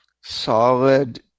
solid